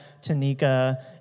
Tanika